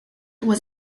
was